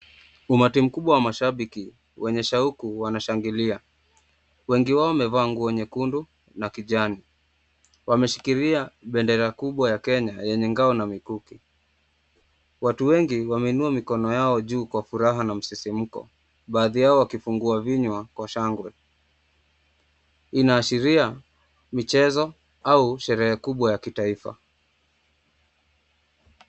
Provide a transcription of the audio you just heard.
Umati mkubwa wa mashabiki wenye shauku wanashangilia. Wengi wao wamevaa nguo nyekundu na kijani. Wameshikilia bendera kubwa ya Kenya yenye ngao na mikuki. Watu wengi wameinua mikono yao juu kwa furaha na msisimko. Baadhi Yao wakifungua vinywa kwa shangwe. Inaashiria michezo au sherehe kubwa ya kitaifa.